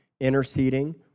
interceding